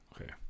Okay